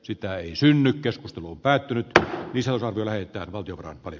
sitä ei synny keskustelu päätynyt iselta kyllä pahoillani